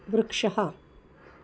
वृक्षः